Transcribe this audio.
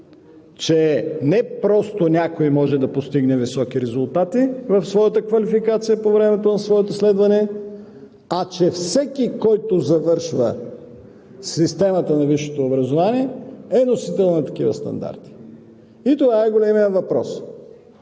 че не просто някой може да постигне високи резултати в своята квалификация по времето на своето следване, а че всеки, който завършва системата на висшето образование, е носител на такива стандарти. Това е големият въпрос.